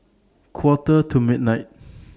Quarter to midnight